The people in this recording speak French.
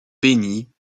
bénie